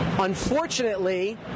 Unfortunately